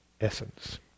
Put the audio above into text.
essence